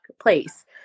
place